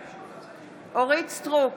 בעד אורית מלכה סטרוק,